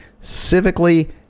civically